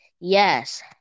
Yes